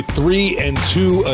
three-and-two